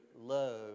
love